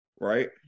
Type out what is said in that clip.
right